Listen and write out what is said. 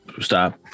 stop